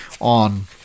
on